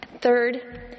Third